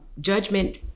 judgment